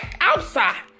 outside